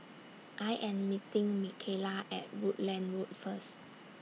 I Am meeting Micaela At Rutland Road First